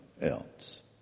else